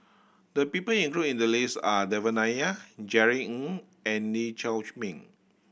the people include in the list are Devan Nair Jerry Ng and Lee Chiaw Meng